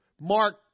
Mark